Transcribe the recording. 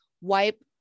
wipe